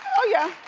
oh yeah.